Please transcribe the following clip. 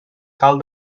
cal